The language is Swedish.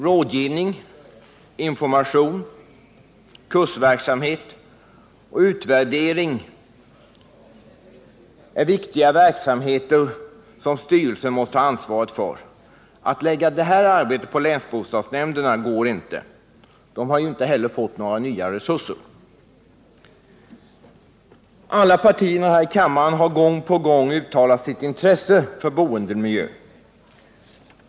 Rådgivning, information, kursverksamhet och utvärdering är viktiga verksamheter som bostadsstyrelsen måste ta ansvaret för. Att lägga detta arbete på länsbostadsnämnderna går inte. De har ej fått några nya resurser. Alla partier här i kammaren har gång på gång uttalat sitt intresse för boendemiljö.